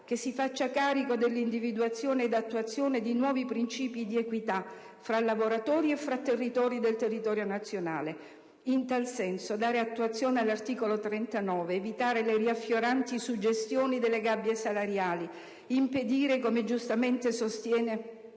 che si faccia carico dell'individuazione ed attuazione di nuovi principi di equità, fra lavoratori e fra territori del territorio nazionale. In tal senso, dare attuazione all'articolo 39, evitare le riaffioranti suggestioni delle gabbie salariali, impedire - come giustamente sostiene